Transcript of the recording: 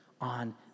on